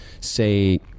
say